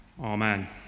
amen